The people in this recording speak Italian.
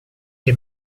che